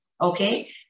okay